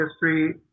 history